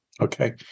Okay